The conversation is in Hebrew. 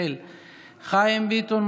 חיים ביטון,